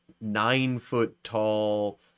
nine-foot-tall